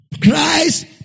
Christ